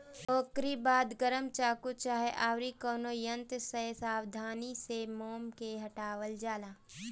ओकरी बाद गरम चाकू चाहे अउरी कवनो यंत्र से सावधानी से मोम के हटावल जाला